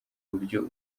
buryo